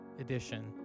edition